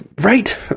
right